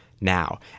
Now